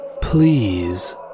please